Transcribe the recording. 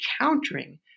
countering